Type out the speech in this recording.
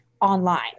online